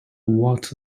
what